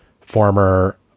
former